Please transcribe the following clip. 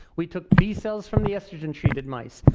we took b cells from the estrogen treated mice,